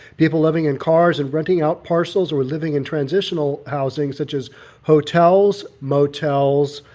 people living in cars and renting out parcels or living in transitional housing such as hotels, motels,